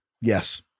Yes